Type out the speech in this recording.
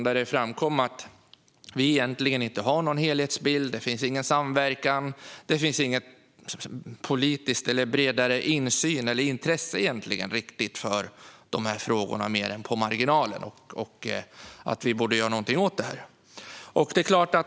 I den kritiken framkom att vi egentligen inte har någon helhetsbild, att det inte finns någon samverkan, någon politisk insyn eller något bredare intresse för de här frågorna annat än på marginalen, och att vi borde göra något åt detta.